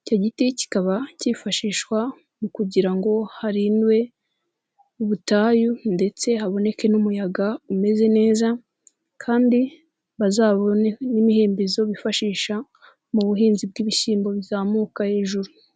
icyo giti kikaba kifashishwa mu kugira ngo harindwe ubutayu ndetse haboneke n'umuyaga umeze neza kandi bazabone n'imihembezo bifashisha mu buhinzi bw'ibishyimbo bizamuka hejuru.